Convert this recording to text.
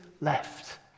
left